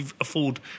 afford